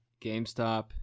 GameStop